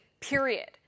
period